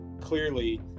clearly